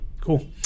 Cool